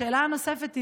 השאלה הנוספת היא,